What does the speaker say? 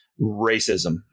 racism